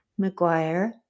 McGuire